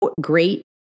great